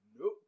nope